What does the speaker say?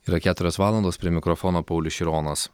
yra keturios valandos prie mikrofono paulius šironas